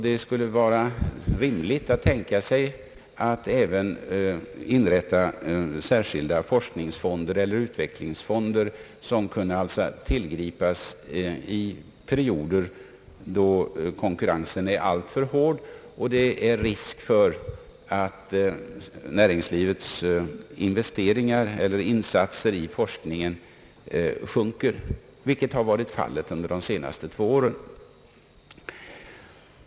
Det skulle då vara rimligt att tänka sig att även inrätta särskilda forskningsfonder eller utvecklingsfonder, som kan tillgripas i perioder, då konkurrensen är alltför hård och det är risk för att näringslivets investeringar och insatser i forskningen sjunker, vilket har varit fallet under de senaste två åren.